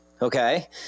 Okay